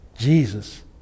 Jesus